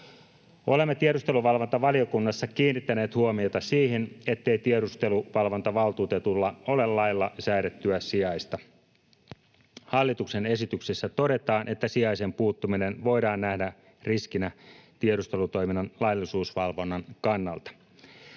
Olemme tiedusteluvalvontavaliokunnassa kiinnittäneet huomiota siihen, ettei tiedusteluvalvontavaltuutetulla ole lailla säädettyä sijaista. Hallituksen esityksessä todetaan, että sijaisen puuttuminen voidaan nähdä riskinä tiedustelutoiminnan laillisuusvalvonnan kannalta.